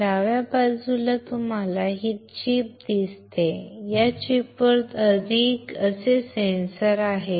डाव्या बाजूला तुम्हाला ही चिप दिसते आणि या चिपवर असे सेन्सर आहेत